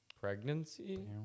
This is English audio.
Pregnancy